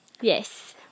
Yes